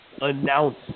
announce